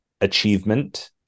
achievement